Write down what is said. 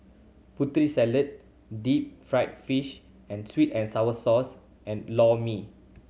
Putri Salad deep fried fish and sweet and sour sauce and Lor Mee